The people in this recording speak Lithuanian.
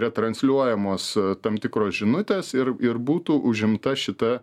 retransliuojamos tam tikros žinutės ir ir būtų užimta šita